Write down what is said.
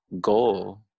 goal